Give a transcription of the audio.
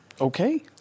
okay